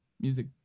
music